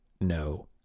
no